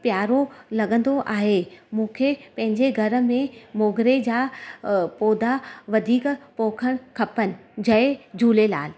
प्यारो लॻंदो आहे मूंखे पंहिंजे घर में मोगरे जा पौधा वधीक पोखणु खपनि जय झूलेलाल